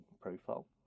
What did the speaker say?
profile